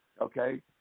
Okay